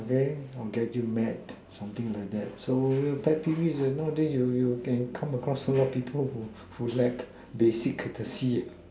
okay I'll get you mad something like that so pet peeves nowadays you can come across a lot of people who lack basic courtesy